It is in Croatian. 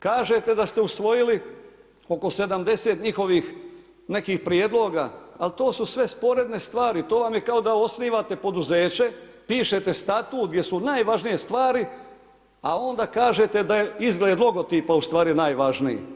Kažete da ste usvojili oko 70 njihovih nekih prijedloga ali to su sve sporedne stvari, to vam je kao da osnivate poduzeće, pišete statut gdje su najvažnije stvari a onda kažete da je izgled logotipa ustvari najvažniji.